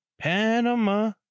Panama